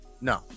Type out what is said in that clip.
No